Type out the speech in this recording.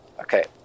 Okay